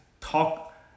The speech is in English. talk